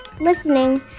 listening